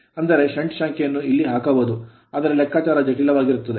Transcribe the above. ಅಂದರೆ ಷಂಟ್ ಶಾಖೆಯನ್ನು ಇಲ್ಲಿ ಹಾಕಬಹುದು ಆದರೆ ಲೆಕ್ಕಾಚಾರವು ಜಟಿಲವಾಗಿರುತ್ತದೆ